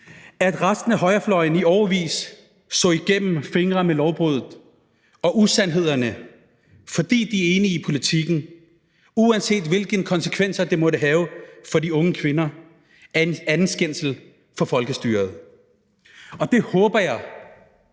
At resten af højrefløjen i årevis så igennem fingre med lovbrud og usandhederne, fordi de var uenige i politikken, uanset hvilke konsekvenser det måtte have for de unge kvinder, er en anden skændsel for folkestyret. Jeg håber,